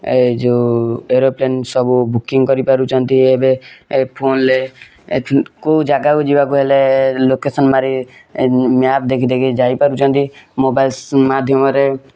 ଏଇ ଯେଉଁ ଏରୋପ୍ଳେନ୍ ସବୁ ବୁକିଂ କରିପାରୁଛନ୍ତି ଏବେ ଏ ଫୋନ ଲେ କେଉଁ ଜାଗା କୁ ଯିବାକୁ ହେଲେ ଲୋକେଶନ୍ ମାରି ମ୍ୟାପ ଦେଖି ଦେଖି ଯାଇ ପାରୁଛନ୍ତି ମୋବାଇଲସ୍ ମାଧ୍ୟମରେ